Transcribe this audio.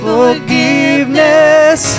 Forgiveness